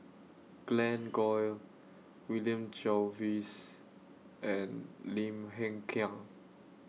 Glen Goei William Jervois and Lim Hng Kiang